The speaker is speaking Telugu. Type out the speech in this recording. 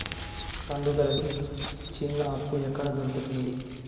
పండుగలకి చిన్న అప్పు ఎక్కడ దొరుకుతుంది